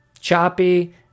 choppy